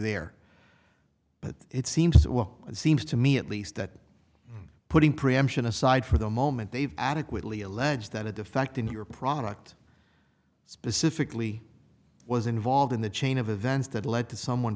there but it seems to work and seems to me at least that putting preemption aside for the moment they've adequately allege that a defect in your product specifically was involved in the chain of events that led to someone